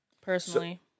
Personally